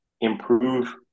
improve